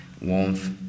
warmth